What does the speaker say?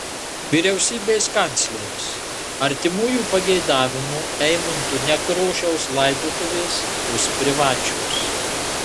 vyriausybės kancleris artimųjų pageidavimu eimunto nekrošiaus laidotuvės bus privačios